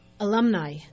Alumni